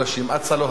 אצה לו הדרך,